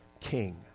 king